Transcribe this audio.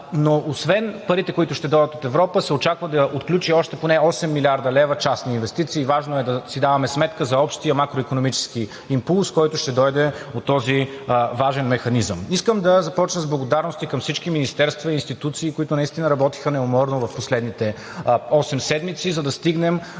но освен парите, които ще дойдат от Европа, се очаква да отключи още поне 8 млрд. лв. частни инвестиции. Важно е да си даваме сметка за общия макроикономически импулс, който ще дойде от този важен механизъм. Искам да започна с благодарности към всички министерства и институции, които наистина работиха неуморно в последните осем седмици, за да стигнем